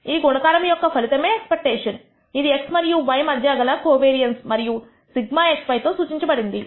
ఈ గుణకార ఫలితమే ఎక్స్పెక్టేషన్స్ ఇది x మరియు y మధ్య గల కోవేరియన్స్ మరియు σxyతో సూచించబడినది